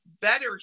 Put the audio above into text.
better